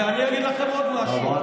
ואני אגיד לכם עוד משהו.